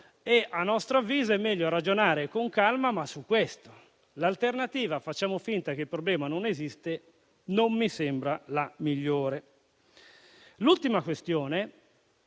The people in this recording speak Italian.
e, a nostro avviso, è meglio ragionare con calma, ma su questo. L'alternativa di far finta che il problema non esista non mi sembra la migliore. L'ultima questione,